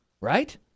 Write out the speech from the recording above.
right